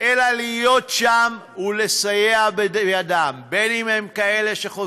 ולכן דבר כמה שאתה